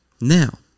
now